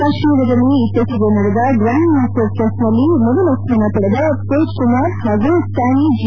ಕಾತ್ಮೀರದಲ್ಲಿ ಇತ್ತೀಚೆಗೆ ನಡೆದ grand master ಚೆಸ್ನಲ್ಲಿ ಮೊದಲ ಸ್ಥಾನ ಪಡೆದ ತೇಜ್ ಕುಮಾರ್ ಹಾಗೂ ಸ್ಟ್ಯಾನಿ ಜಿ